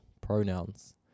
pronouns